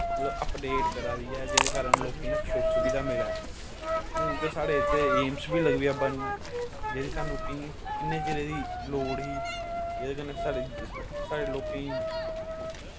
मतलव अपडेट करा दी ऐ जेह्दे कारन लोकें सुविधा मिलै हून ते साढ़े इत्थे एमसबी लगी पेआ बनन जेह्दी स्हानू किन्ने चिरे दी लोड़ ही जेह्दे कन्नै साढ़ी साढ़े लोकेंई